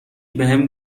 بهم